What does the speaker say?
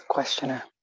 questioner